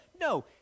No